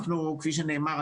כפי שנאמר,